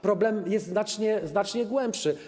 Problem jest znacznie, znacznie głębszy.